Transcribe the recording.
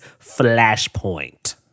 Flashpoint